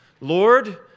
Lord